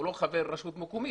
הוא לא חבר רשות מקומית,